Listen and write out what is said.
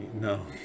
no